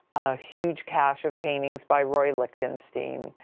a huge cache of paintings by roy lichtenstein.